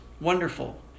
wonderful